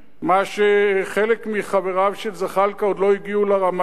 כשחלק מחבריו של זחאלקה עוד לא הגיעו לרמה הזאת,